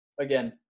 again